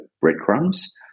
breadcrumbs